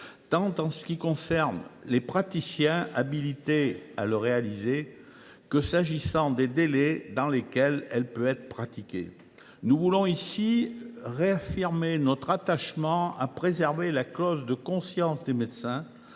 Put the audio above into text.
tant en ce qui concerne les praticiens habilités à la réaliser que s’agissant des délais dans lesquels elle peut être pratiquée. Nous voulons aussi réaffirmer ici notre attachement à la préservation de la clause de conscience des médecins